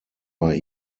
bei